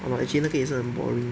!hanna! actually 那个也是很 boring